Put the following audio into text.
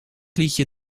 liedje